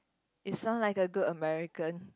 you sound like a good American